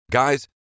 Guys